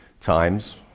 times